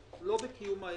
מה סדר הגודל?